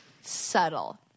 subtle